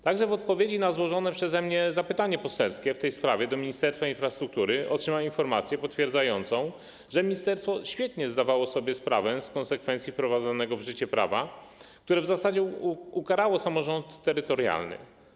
Także w odpowiedzi na złożone przeze mnie zapytanie poselskie w tej sprawie do Ministerstwa Infrastruktury otrzymałem informację potwierdzającą, że ministerstwo świetnie zdawało sobie sprawę z konsekwencji wprowadzonego w życie prawa, które w zasadzie ukarało samorząd terytorialny.